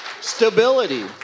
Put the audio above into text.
stability